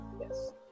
yes